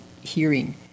hearing